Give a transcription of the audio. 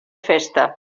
festa